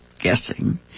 guessing